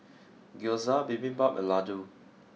Gyoza Bibimbap and Ladoo